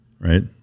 Right